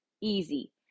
easy